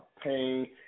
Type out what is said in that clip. pain